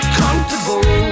comfortable